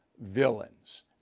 villains